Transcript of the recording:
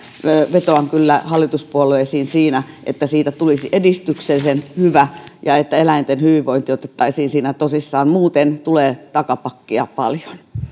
vetoan kyllä hallituspuolueisiin siinä että siitä tulisi edistyksellisen hyvä ja että eläinten hyvinvointi otettaisiin siinä tosissaan muuten tulee takapakkia paljon